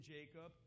Jacob